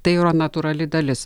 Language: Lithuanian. tai yra natūrali dalis